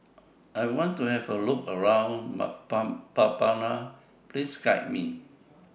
I want to Have A Look around Mbabana Please Guide Me